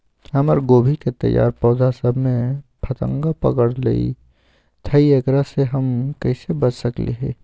हमर गोभी के तैयार पौधा सब में फतंगा पकड़ लेई थई एकरा से हम कईसे बच सकली है?